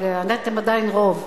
אתם עדיין רוב.